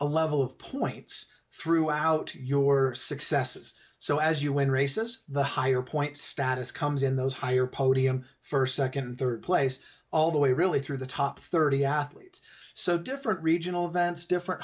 a level of points throughout your successes so as you win races the higher point status comes in those higher podium first second third place all the way really through the top thirty athletes so different regional events different